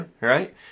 Right